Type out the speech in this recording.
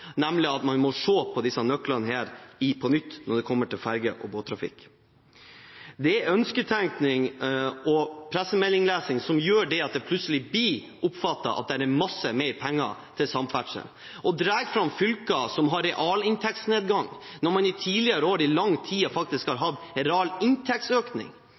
nemlig at man må se på disse nøklene på nytt når det kommer til ferge- og båttrafikk. Det er ønsketenkning og pressemeldingslesing som gjør at det plutselig blir oppfattet slik at det er mye mer penger til samferdsel. Å dra fram fylker som har realinntektsnedgang, når man i tidligere år i lang tid faktisk har hatt